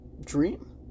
dream